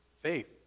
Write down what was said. Faith